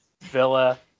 Villa